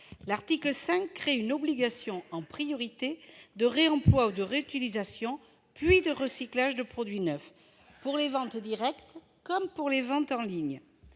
L'article 5 crée une obligation en priorité de réemploi ou de réutilisation, puis de recyclage, de produits neufs, pour les ventes directes comme pour les ventes en ligne.